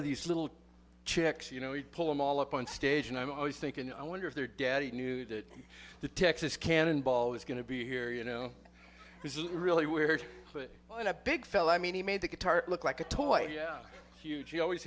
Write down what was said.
of these little chicks you know he'd pull them all up on stage and i'm always thinking i wonder if their daddy knew that the texas cannonball was going to be here you know this is really where to put in a big fellow i mean he made the guitar look like a toy huge he always